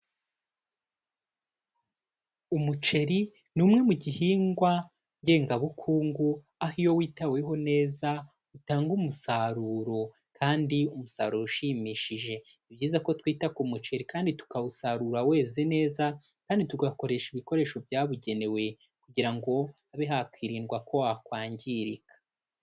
Umuceri ni umwe mu gihingwa ngengabukungu aho iyo witaweho neza utanga umusaruro kandi umusaruro ushimishije, ni byiza ko twita ku muceri kandi tukawusarura weze neza kandi tugakoresha ibikoresho byabugenewe kugira ngo habe hakwirindwa ko wakwangirika.